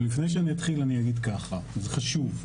אבל לפני שאני אתחיל, אני אגיד ככה, זה חשוב.